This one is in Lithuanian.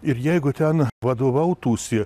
ir jeigu ten vadovautųsi